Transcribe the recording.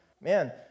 Man